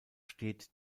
steht